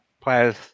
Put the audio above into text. players